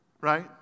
right